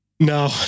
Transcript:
No